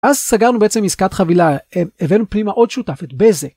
אז סגרנו בעצם עסקת חבילה הבאנו פנימה עוד שותף את בזה